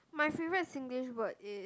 my favourite Singlish word is